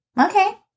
Okay